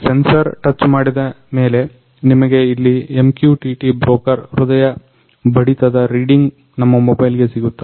sensor touch ಮಾಡಿದ ಮೆಲೆ ನಮಗೆ ಇಲ್ಲಿ MQTTಬ್ರೋಕರ್ ಮೂಲಕ ಹೃದಯ ಬಡಿತದ ರೀಡಿಂಗ್ ನಮ್ಮ ಮೊಬೈಲಿಗೆ ಸಿಗುತ್ತದೆ